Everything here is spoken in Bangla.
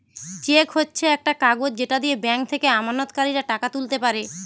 চেক হচ্ছে একটা কাগজ যেটা দিয়ে ব্যাংক থেকে আমানতকারীরা টাকা তুলতে পারে